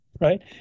right